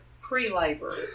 pre-labor